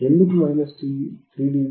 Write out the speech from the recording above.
ఎందుకు 3 డిబి